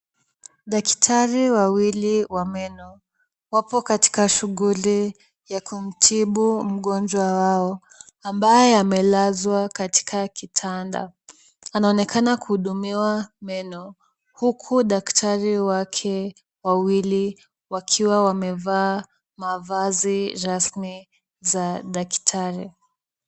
Daktari wawili wa meno, wapo katika shughuli ya kumtibu mgonjwa wao, ambaye amelazwa katika kitanda. Anaonekana kuhudumiwa meno, huku daktari wake wawili wakiwa wamevaa mavazi rasmi za daktari.